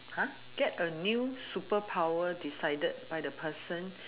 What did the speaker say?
!huh! get a new superpower decided by the person